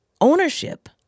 ownership